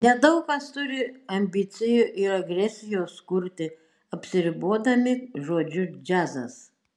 nedaug kas turi ambicijų ir agresijos kurti apsiribodami žodžiu džiazas